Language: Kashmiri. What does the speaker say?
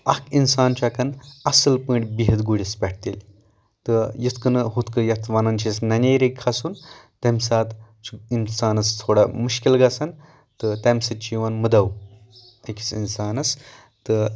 اکھ انسان چھُ ہٮ۪کان اصل پٲٹھۍ بِہِتھ گُرِس پٮ۪ٹھ تیٚلہِ تہِ یِتھ کٔنۍ ہتھ کٔنۍ یتھ ونان چھِ ننیری کھسُن تمہِ ساتہٕ چھُ انسانس تھوڑا مُشکِل گژھان تہٕ تمہِ سۭتۍ چھِ یِوان مُدّو أکِس انسانس تہٕ